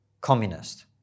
communist